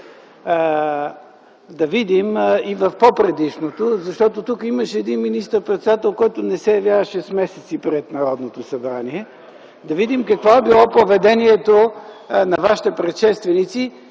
Да видим и в пó предишното, защото тук имаше един министър-председател, който не се явяваше с месеци пред Народното събрание. Да видим какво е било поведението на вашите предшественици